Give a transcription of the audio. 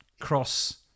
cross